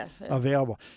available